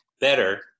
better